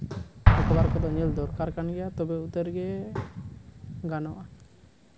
ᱠᱚᱫᱚ ᱧᱮᱞ ᱫᱚᱨᱠᱟᱨ ᱜᱟᱱ ᱜᱮᱭᱟ ᱛᱚᱵᱮ ᱩᱛᱟᱹᱨ ᱜᱮ ᱜᱟᱱᱚᱜᱼᱟ